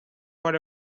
for